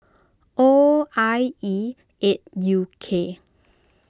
O I E eight U K